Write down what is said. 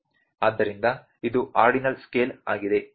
ಆದ್ದರಿಂದ ಇದು ordinal scale ಆಗಿದೆ